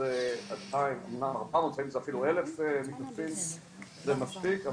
אפילו 1000 מתנדבים זה מספיק,